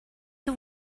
you